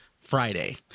Friday